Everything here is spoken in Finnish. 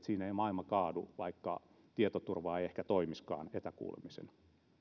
siinä ei maailma kaadu vaikka tietoturva ei ehkä toimisikaan etäkuulemisen